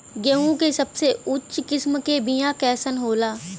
गेहूँ के सबसे उच्च किस्म के बीया कैसन होला?